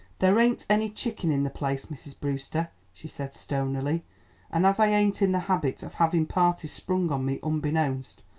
there ain't any chicken in the place, mrs. brewster, she said stonily an' as i ain't in the habit of havin' parties sprung on me unbeknownst,